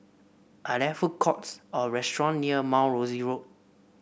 are there food courts or restaurant near Mount Rosie Road